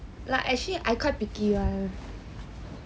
like actually I quite picky [one]